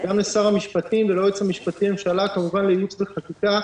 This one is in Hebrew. גם לשר המשפטים וליועץ המשפטי לממשלה וכמובן לייעוץ וחקיקה